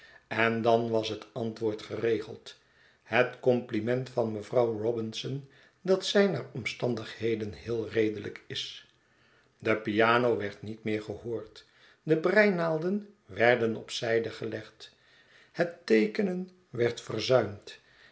en dan was het antwoord geregeld het compliment van mevrouw robinson dat zij naar omstandigheden heel redelijk is de piano werd niet meer gehoord de breinaalden werden op zijde gelegd het teekenen werd